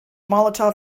molotov